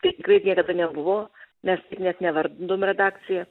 tai tikrai niekada nebuvo mes net nevardindavom redakcija